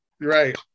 Right